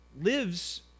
lives